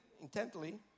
intently